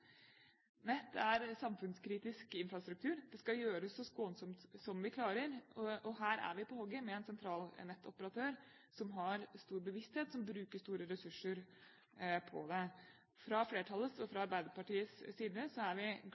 Nett er samfunnskritisk infrastruktur. Det skal gjøres så skånsomt som vi klarer, og her er vi på hugget med en sentralnettoperatør som har stor bevissthet, og som bruker store ressurser på dette. Fra flertallets og fra Arbeiderpartiets side er vi